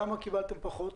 למה הם קיבלו פחות?